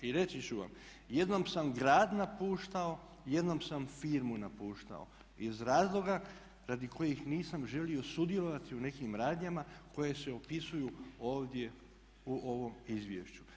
I reći ću vam, jednom sam grad napuštao, jednom sam firmu napuštao iz razloga radi kojih nisam želio sudjelovati u nekim radnjama koje se opisuju ovdje u ovom izvješću.